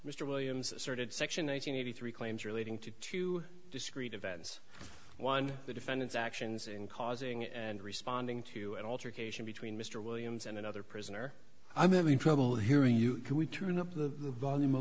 mr williams asserted section one hundred eighty three claims relating to two discrete events one the defendant's actions in causing and responding to an alter cation between mr williams and another prisoner i'm having trouble hearing you can we turn up the volume a